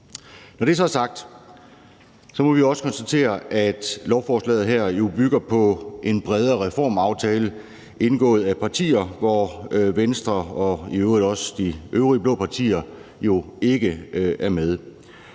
Når det så er sagt, må vi også konstatere, at lovforslaget her jo bygger på en bredere reformaftale indgået af partier, hvor Venstre og i øvrigt også de øvrige blå partier ikke er med.